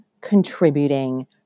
contributing